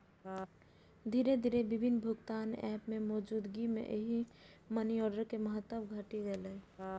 धीरे धीरे विभिन्न भुगतान एप के मौजूदगी मे मनीऑर्डर के महत्व घटि गेलै